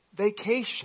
vacation